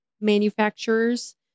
manufacturers